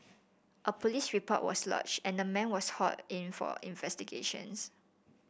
a police report was lodge and the man was haul in for investigations